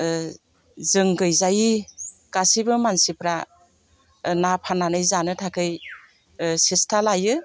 जों गैजायि गासिबो मानसिफ्रा ना फाननानै जानो थाखै सेसथा लायो